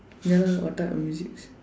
ya lah what type of musics